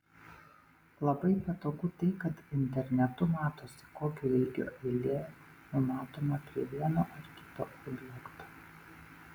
labai patogu tai kad internetu matosi kokio ilgio eilė numatoma prie vieno ar kito objekto